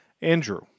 Andrew